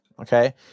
okay